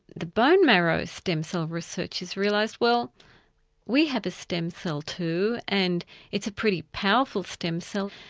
the bone marrow stem cell researchers realise well we have a stem cell too, and it's a pretty powerful stem cell.